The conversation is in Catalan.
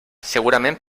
segurament